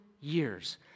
years